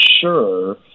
sure